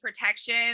protection